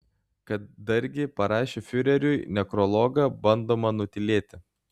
kad dargi parašė fiureriui nekrologą bandoma nutylėti